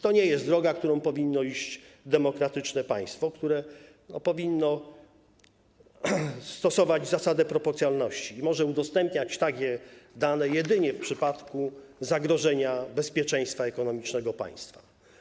To nie jest droga, którą powinno iść demokratyczne państwo, które powinno stosować zasadę proporcjonalności i może udostępniać takie dane jedynie w przypadku zagrożenia bezpieczeństwa ekonomicznego państwa.